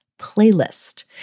playlist